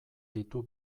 ditu